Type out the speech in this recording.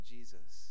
Jesus